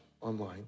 online